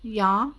ya